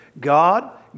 God